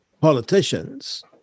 politicians